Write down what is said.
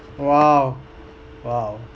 !wow! !wow!